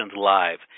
Live